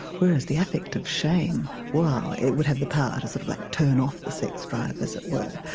whereas the affect of shame, wow, it would have the power to sort of like turn off the sex drive as it were.